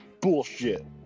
Bullshit